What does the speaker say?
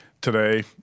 today